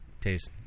Taste